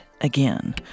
again